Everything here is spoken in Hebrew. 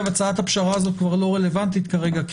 הצעת הפשרה הזאת כבר לא רלבנטית כרגע,